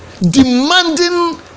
Demanding